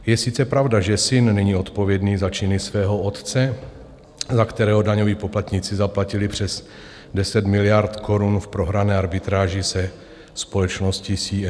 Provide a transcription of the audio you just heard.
Je sice pravda, že syn není odpovědný za činy svého otce, za kterého daňoví poplatníci zaplatili přes 10 miliard korun v prohrané arbitráži se společností CME.